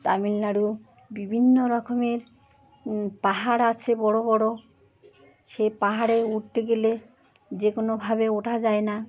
তামিলনাড়ুতে বিভিন্ন রকমের পাহাড় আছে বড় বড় সে পাহাড়ে উঠতে গেলে যে কোনোভাবে ওঠা যায় না